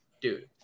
Dude